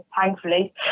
Thankfully